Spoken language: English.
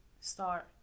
start